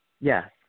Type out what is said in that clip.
Yes